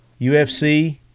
UFC